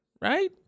Right